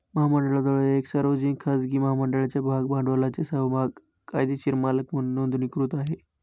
महामंडळाद्वारे एक सार्वजनिक, खाजगी महामंडळाच्या भाग भांडवलाचे समभाग कायदेशीर मालक म्हणून नोंदणीकृत आहे